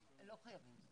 גבוהה.